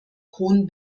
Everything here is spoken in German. cohn